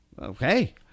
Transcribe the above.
Okay